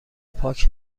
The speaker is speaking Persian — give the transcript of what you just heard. پاک